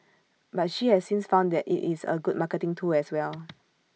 but she has since found that IT is A good marketing tool as well